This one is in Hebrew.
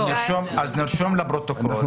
אבל שרון,